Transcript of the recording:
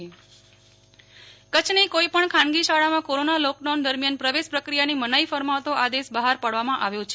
નેહ્લ ઠક્કર કચ્છ ખાનગી શાળા પ્રવેશ પ્રતિબંધ કચ્છની કોઈપણ ખાનગી શાળામાં કોરોના લોકડાઉન દરમ્યાન પ્રવેશ પ્રક્રિયાની મનાઈ ફરમાવતો આદેશ બહાર પાડવા માં આવ્યો છે